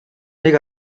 нэг